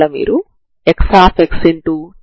అదే విధంగా u2tx00 అవుతుంది